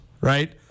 right